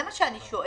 זה מה שאני שואלת.